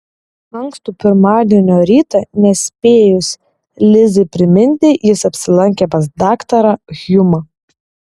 ankstų pirmadienio rytą nespėjus lizai priminti jis apsilankė pas daktarą hjumą